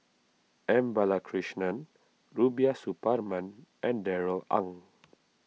M Balakrishnan Rubiah Suparman and Darrell Ang